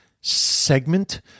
segment